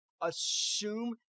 Assume